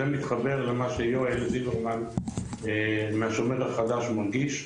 זה מתחבר למה שיואל זילברמן מהשומר החדש מנגיש,